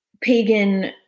pagan